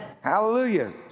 Hallelujah